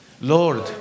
Lord